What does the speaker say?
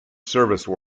service